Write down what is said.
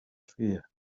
fear